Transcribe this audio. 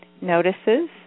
notices